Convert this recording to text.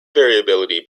variability